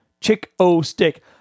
Chick-O-Stick